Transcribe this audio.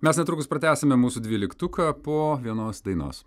mes netrukus pratęsime mūsų dvyliktuką po vienos dainos